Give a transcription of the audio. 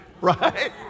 right